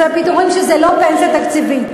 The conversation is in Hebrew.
פיצויי פיטורים, כשזה לא פנסיה תקציבית.